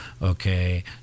Okay